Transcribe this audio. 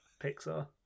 Pixar